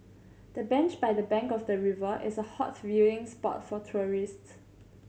the bench by the bank of the river is a hot viewing spot for tourists